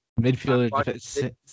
Midfielder